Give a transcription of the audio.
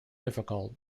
difficult